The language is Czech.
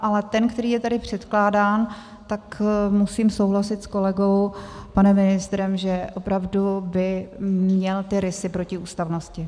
Ale ten, který je tady předkládán, musím souhlasit s kolegou panem ministrem, že opravdu by měl ty rysy protiústavnosti.